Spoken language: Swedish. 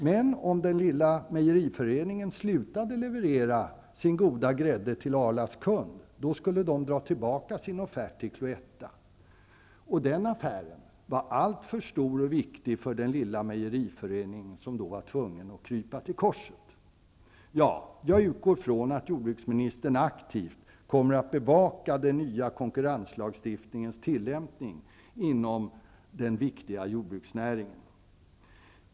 Men om den lilla mejeriföreningen slutade leverera sin goda grädde till Arlas kund, skulle Arla dra tillbaka sin offert till Cloetta. Den affären var alltför stor och viktig för den lilla mejeriföreningen, som då var tvungen att krypa till korset. Jag utgår från att jordbruksministern aktivt kommer att bevaka den nya konkurrenslagstiftningens tillämpning inom den viktiga jordbruksnäringen.